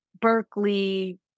Berkeley